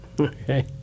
Okay